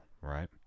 right